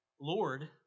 Lord